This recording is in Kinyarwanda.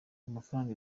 amafaranga